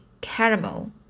caramel